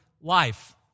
life